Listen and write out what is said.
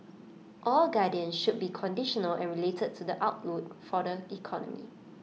all guidance should be conditional and related to the outlook for the economy